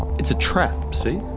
it's a trap, see?